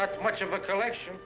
that much of a collection